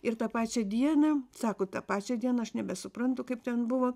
ir tą pačią dieną sako tą pačią dieną aš nebesuprantu kaip ten buvo